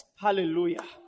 Hallelujah